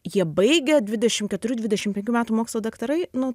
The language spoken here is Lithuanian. jie baigia dvidešim keturių dvidešim penkių metų mokslo daktarai nu